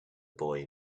boy